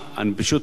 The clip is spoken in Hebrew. אני פשוט יודע,